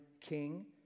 king